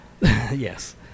Yes